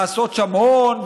לעשות שם הון,